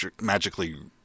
magically